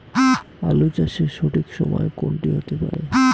আলু চাষের সঠিক সময় কোন টি হতে পারে?